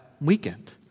weekend